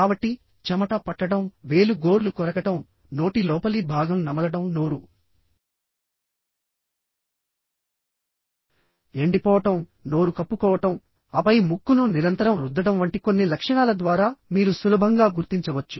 కాబట్టిచెమట పట్టడంవేలు గోర్లు కొరకడం నోటి లోపలి భాగం నమలడం నోరు ఎండిపోవడం నోరు కప్పుకోవడం ఆపై ముక్కును నిరంతరం రుద్దడం వంటి కొన్ని లక్షణాల ద్వారా మీరు సులభంగా గుర్తించవచ్చు